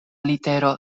litero